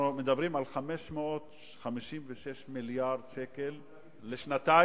אנחנו מדברים על 556 מיליארד שקלים לשנתיים,